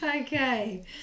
okay